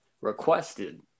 requested